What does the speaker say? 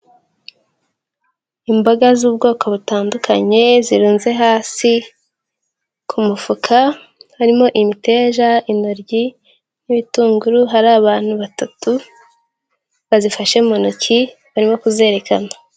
Imboga z'ubwoko butandukanye, zirunze hasi ku mufuka, harimo imiteja, intoryi, n'ibitunguru. Hari abantu batatu, bazifashe mu ntoki barimo kuzerekana.